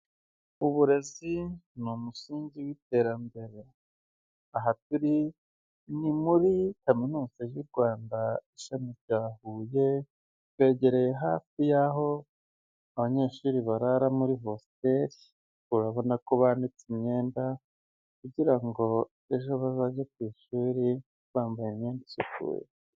Uburezi ni umusingi w'iterambere, aha turi ni muri Kaminuza y'u Rwanda ishami rya Huye, twegereye hafi y'aho abanyeshuri barara muri hostel, urabona ko banitse imyenda kugira ngo ejo bazajye ku ishuri bambaye imyenda isukuye.